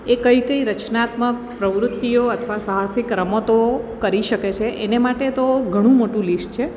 એ કઈ કઈ રચનાત્મક પ્રવૃત્તિઓ અથવા સાહસિક રમતો કરી શકે છે એને માટે તો ઘણું મોટું લિસ્ટ છે